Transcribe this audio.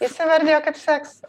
jis įvardijo kaip seksą